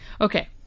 okay